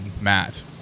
Matt